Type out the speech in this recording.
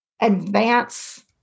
advance